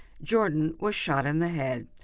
jordan was shot in the head.